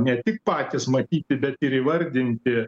ne tik patys matyti bet ir įvardinti